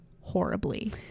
horribly